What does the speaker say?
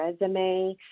resume